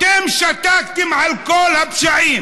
אתם שתקתם על כל הפשעים.